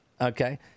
Okay